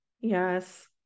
Yes